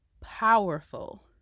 powerful